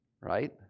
Right